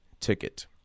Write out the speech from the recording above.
Ticket